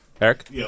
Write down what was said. Eric